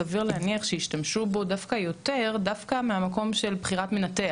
סביר להניח שישתמשו בו יותר דווקא מהמקום של בחירת מנתח,